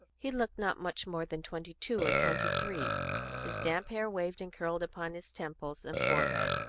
he looked not much more than twenty-two or twenty-three his damp hair waved and curled upon his temples and forehead,